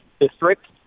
district